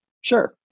Sure